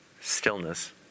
stillness